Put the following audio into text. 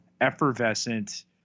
effervescent